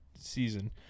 season